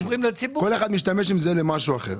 כל אחד משתמש עם זה למשהו אחר.